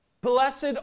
Blessed